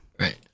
right